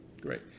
great